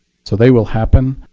so they will happen.